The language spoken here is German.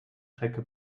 strecke